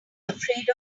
afraid